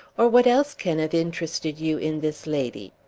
or what else can have interested you in this lady?